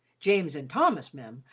james and thomas, mem,